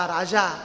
Raja